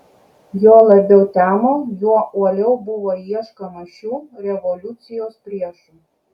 juo labiau temo juo uoliau buvo ieškoma šių revoliucijos priešų